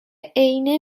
عینه